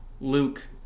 luke